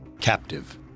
captive